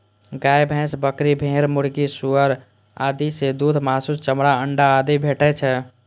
गाय, भैंस, बकरी, भेड़, मुर्गी, सुअर आदि सं दूध, मासु, चमड़ा, अंडा आदि भेटै छै